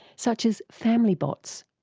such as family bots.